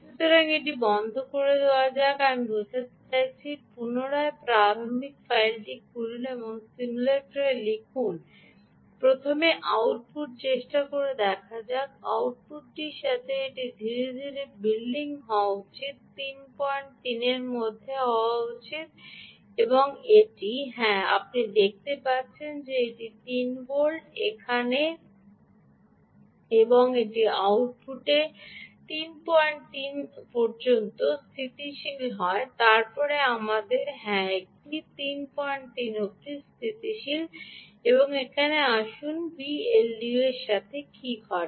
সুতরাং এটি বন্ধ করে দেওয়া যাক আমি বোঝাতে চাইছি পুনরায় প্রারম্ভিক ফাইলটি খুলুন এবং সিমুলেট লিখুন প্রথমে আউটপুট চেষ্টা করে দেখা যাক আউটপুটটির সাথে এটির ধীরে ধীরে বিল্ডিং হওয়া উচিত 33 এর মধ্যে হওয়া উচিত এটি হ্যাঁ আপনি দেখতে পাচ্ছেন যে এটি 3 ভোল্ট এখানে এবং এটি আউটপুট এ 33 পর্যন্ত স্থিতিশীল হয় তারপরে আমাদের হ্যাঁ এটি 33 এ স্থিতিশীল হয়েছে এবং আসুন দেখি VLDO সাথে কী ঘটে